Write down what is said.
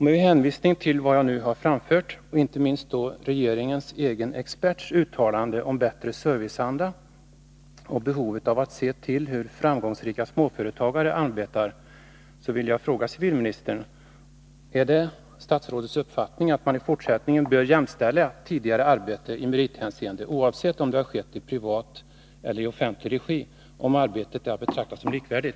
Med hänvisning till vad jag nu anfört — och inte minst uttalandena av regeringens egen expert om bättre serviceanda och behovet av att se på hur framgångsrika småföretagare arbetar — vill jag fråga civilministern: Är det statsrådets uppfattning att man i fortsättningen bör jämställa tidigare arbete i merithänseende, oavsett om det har skett i privat eller offentlig regi, om arbetet är att betrakta som likvärdigt?